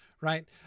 right